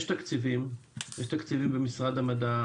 יש תקציבים במשרד המדע,